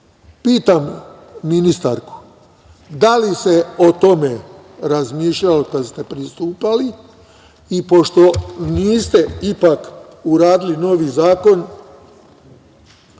Pitam ministarku – da li se o tome razmišljalo kada ste pristupali? Pošto niste ipak uradili novi zakon,